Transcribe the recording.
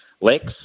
Lex